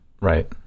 Right